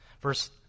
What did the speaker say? Verse